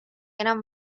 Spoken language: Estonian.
enam